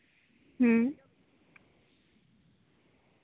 ᱦᱩᱸ